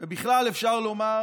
בכלל, אפשר לומר